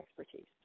expertise